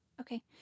Okay